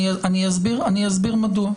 אסביר מדוע.